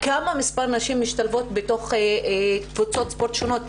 כמה מספר נשים משתלבות בתוך קבוצות ספורט שונות.